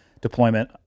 deployment